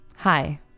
Hi